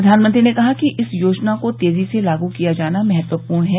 प्रधानमंत्री ने कहा कि इस योजना को तेजी से लागू किया जाना महत्वपूर्ण है